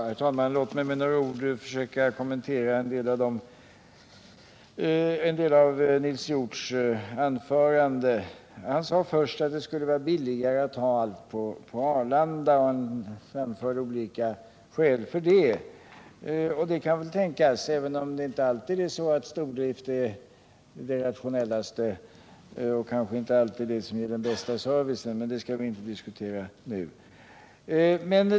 Herr talman! Låt mig med några ord försöka kommentera en del av Nils Hjorths anförande. Han sade först att det skulle vara billigare att ha all flygtrafik på Arlanda, och han anförde olika skäl för det. Det kan väl tänkas, även om stordrift inte alltid är det rationellaste eller ger den bästa servicen, men det skall vi inte diskutera nu.